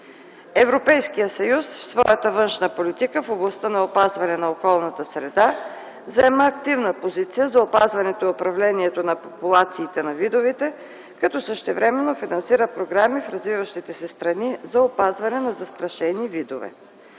Европейският съюз в своята външна политика в областта на опазване на околната среда заема активна позиция за опазването и управлението на популациите на видовете, като същевременно финансира програми в развиващите се страни за опазване на застрашени видове.